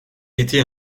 était